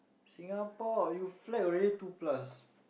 Singapore you flag already two plus